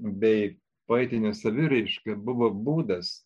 bei poetinė saviraiška buvo būdas